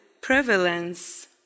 prevalence